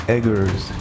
Eggers